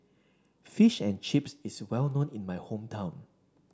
Fish and Chips is well known in my hometown